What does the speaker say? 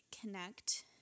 connect